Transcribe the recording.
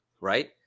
right